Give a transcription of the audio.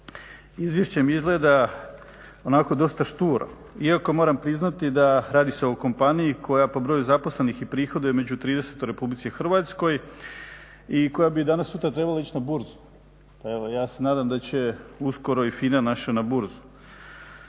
izvješće mi izgleda onako dosta šturo, iako moram priznati da radi se o kompaniji koja po broju zaposlenih i prihoduje među 30 u Republici Hrvatskoj i koja bi danas sutra trebala ići na burzu. Evo ja se nadam da će uskoro i FINA naša na burzu.